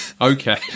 Okay